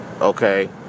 okay